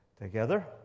together